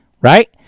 right